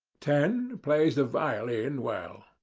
ten. plays the violin well.